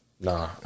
Nah